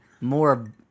more